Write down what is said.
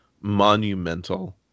monumental